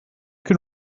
can